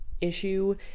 issue